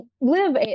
live